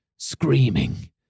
Screaming